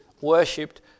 worshipped